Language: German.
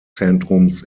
zentrums